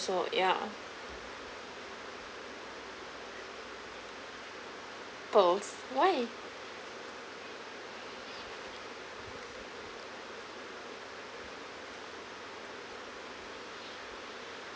yeah pearls why